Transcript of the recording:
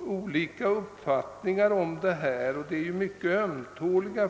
olika uppfattningar i dessa frågor, som dessutom är mycket ömtåliga.